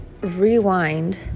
rewind